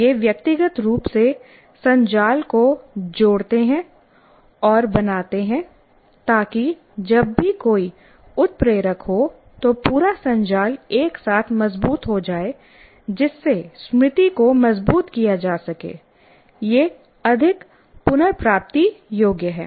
ये व्यक्तिगत रूप से संजाल को जोड़ते हैं और बनाते हैं ताकि जब भी कोई उत्प्रेरक हो तो पूरा संजाल एक साथ मजबूत हो जाए जिससे स्मृति को मजबूत किया जा सके यह अधिक पुनर्प्राप्ति योग्य है